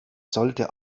sollte